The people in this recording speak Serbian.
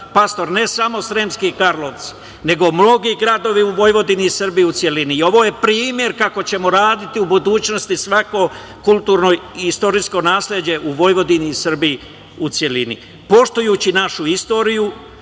Pastor, ne samo Sremskim Karlovci, nego mnogi gradovi u Vojvodini i Srbiji u celini. Ovo je primer kako ćemo raditi u budućnosti svako kulturno i istorijsko nasleđe u Vojvodini i Srbiji u celini. Poštujući našu istoriju,